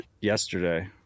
yesterday